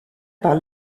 par